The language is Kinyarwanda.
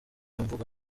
mvugo